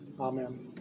Amen